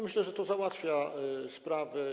Myślę, że to załatwia sprawę.